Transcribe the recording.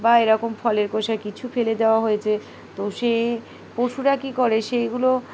বা এরকম ফলের কষা কিছু ফেলে দেওয়া হয়েছে তো সেই পশুরা কী করে সেইগুলো